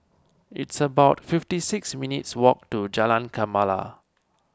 it's about fifty six minutes' walk to Jalan Gemala